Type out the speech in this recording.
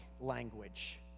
language